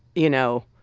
you know,